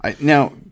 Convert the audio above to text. now